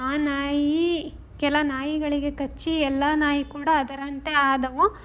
ಆ ನಾಯಿ ಕೆಲ ನಾಯಿಗಳಿಗೆ ಕಚ್ಚಿ ಎಲ್ಲ ನಾಯಿ ಕೂಡ ಅದರಂತೆ ಆದವು